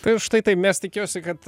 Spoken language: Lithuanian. tai štai taip mes tikėjausi kad